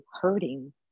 hurting